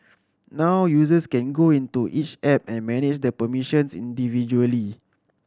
now users can go into each app and manage the permissions individually